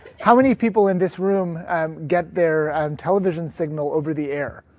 how many people in this room um get their um television signal over the air?